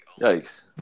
Yikes